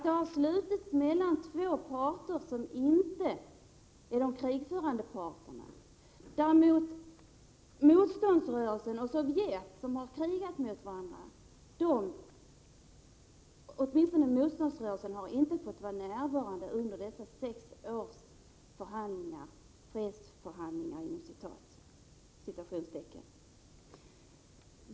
Det har slutits mellan två parter som inte är de krigförande parterna. Motståndsrörelsen och Sovjet har krigat mot varandra, men motståndsrörelsen har inte fått vara närvarande under dessa sex års ”fredsförhandlingar”.